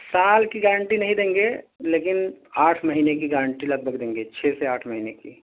سال کی گارنٹی نہیں دیں گے لیکن آٹھ مہینے کی گارنٹی لگ بھگ دیں گے چھ سے آٹھ مہینے کی